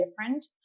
different